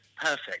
perfect